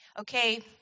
Okay